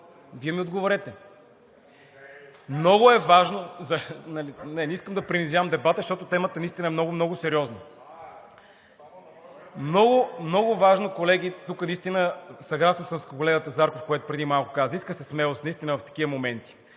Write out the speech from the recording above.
Вие ми отговорете. Много е важно... (Шум и реплики.) Не, не искам да принизявам дебата, защото темата наистина е много, много сериозна. Много важно, колеги – тук наистина съм съгласен с колегата Зарков, който преди малко каза – иска се смелост в такива моменти.